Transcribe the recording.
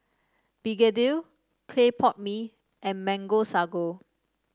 begedil Clay Pot Mee and Mango Sago